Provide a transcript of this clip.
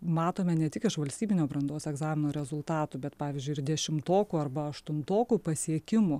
matome ne tik iš valstybinio brandos egzamino rezultatų bet pavyzdžiui ir dešimtokų arba aštuntokų pasiekimų